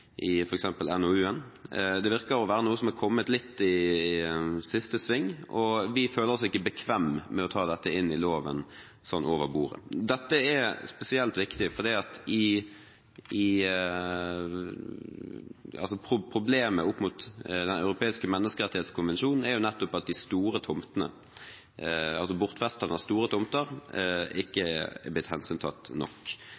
virker å være noe som er kommet litt i siste sving, og vi føler oss ikke bekvemme med å ta dette inn i loven sånn over bordet. Dette er spesielt viktig fordi problemet opp mot Den europeiske menneskerettskonvensjon er jo nettopp at bortfesterne av store tomter ikke er blitt hensyntatt nok.